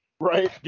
Right